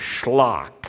schlock